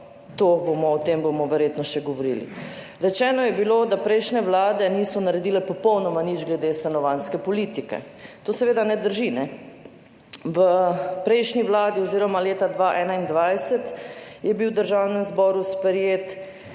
Ampak o tem bomo verjetno še govorili. Rečeno je bilo, da prejšnje vlade niso naredile popolnoma nič glede stanovanjske politike. To seveda ne drži. V prejšnji vladi oziroma leta 2021 je bil v Državnem zboru sprejet